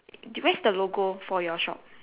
where's the logo for your shop